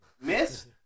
Miss